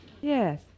Yes